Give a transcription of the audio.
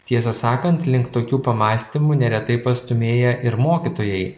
tiesą sakant link tokių pamąstymų neretai pastūmėja ir mokytojai